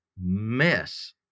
mess